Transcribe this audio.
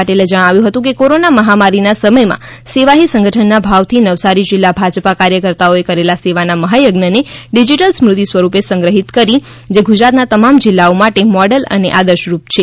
પાટીલે જણાવ્યુ હતું કે કોરોના મહામારીના સમયમાં સેવા હી સંગઠનના ભાવથી નવસારી જિલ્લા ભાજપા કાર્યકર્તાઓએ કરેલા સેવાના મહાયજ્ઞને ડિજીટલ સ્મૃતિ સ્વરૂપે સંગ્રહિત કરી જે ગુજરાતના તમામ જિલ્લાઓ માટેમોડેલ અને આદર્શરૂપ છે